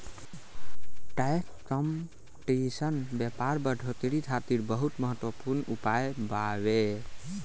tax competition व्यापार बढ़ोतरी खातिर बहुत महत्वपूर्ण उपाय बावे